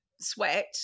sweat